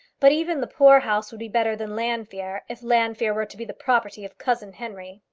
but even the poor-house would be better than llanfeare, if llanfeare were to be the property of cousin henry.